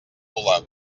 volar